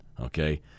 okay